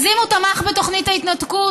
אז אם הוא תמך בתוכנית ההתנתקות,